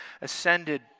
ascended